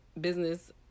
business